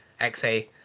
XA